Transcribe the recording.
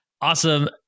awesome